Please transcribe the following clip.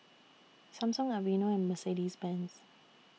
Samsung Aveeno and Mercedes Benz